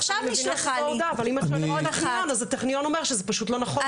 עכשיו נשלחה לי -- זה פשוט לא נכון.